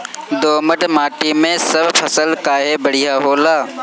दोमट माटी मै सब फसल काहे बढ़िया होला?